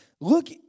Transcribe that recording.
look